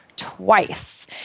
twice